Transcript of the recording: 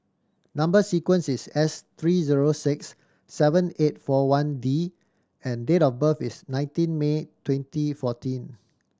number sequence is S three zero six seven eight four one D and date of birth is nineteen May twenty fourteen